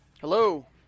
hello